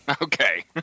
Okay